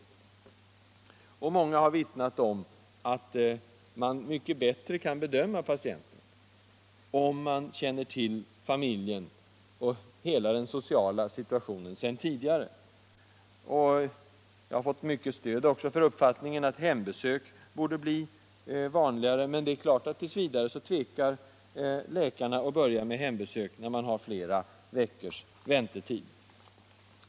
Många läkare har vittnat om att man mycket bättre kan bedöma patienterna om man känner till familjen och dess sociala situation sedan tidigare. Jag har också mött ett starkt stöd för uppfattningen att hembesök borde bli vanligare. Men ofta tvekar läkarna att börja med hembesök när de har flera veckors väntetid.